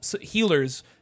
healers